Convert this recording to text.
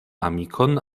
amikon